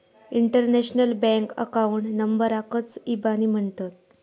international bank account नंबराकच इबानी म्हणतत